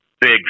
Big